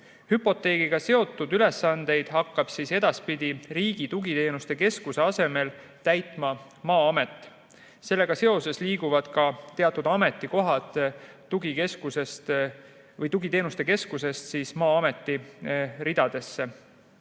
Hüpoteegiga seotud ülesandeid hakkab edaspidi Riigi Tugiteenuste Keskuse asemel täitma Maa-amet. Sellega seoses liiguvad ka teatud ametikohad tugiteenuste keskusest Maa-ameti ridadesse.